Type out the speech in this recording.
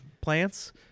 plants